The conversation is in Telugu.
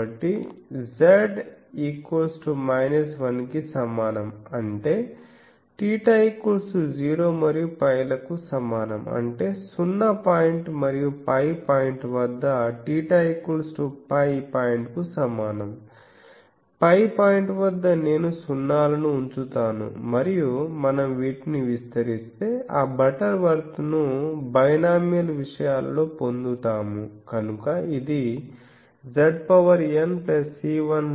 కాబట్టి Z 1 కి సమానం అంటే θ0 మరియు π లకు సమానం అంటే 0 పాయింట్ మరియు π పాయింట్ వద్ద θπ పాయింట్కు సమానం π పాయింట్ వద్ద నేను సున్నాలను ఉంచుతాను మరియు మనం వీటిని విస్తరిస్తే ఆ బటర్వర్త్ను బైనామియల్ విషయాలలో పొందుతాము కనుక ఇది Z N C1